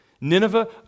Nineveh